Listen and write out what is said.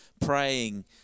praying